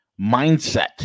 mindset